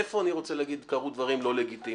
איפה אני רוצה להגיד שקרו דברים לא לגיטימיים?